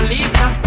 Lisa